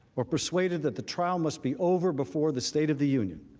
or persuade and that the trial must be over before the state of the union,